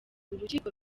urukiko